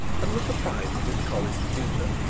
and was the pride of his college tutor.